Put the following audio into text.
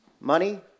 Money